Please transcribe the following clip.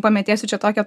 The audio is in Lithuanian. pamėtėsiu čia tokią